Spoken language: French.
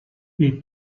les